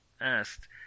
asked